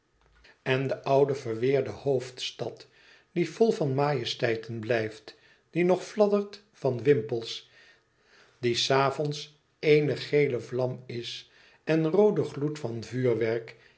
en de oude verweerde hoofdstad die vol van majesteiten blijft die nog fladdert van wimpels die des avonds éene gele vlam is en roode gloed van vuurwerk